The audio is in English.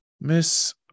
Miss